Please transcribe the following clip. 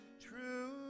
True